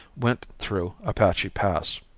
went through apache pass.